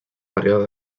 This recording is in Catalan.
període